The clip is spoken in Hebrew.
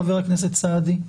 חבר הכנסת סעדי,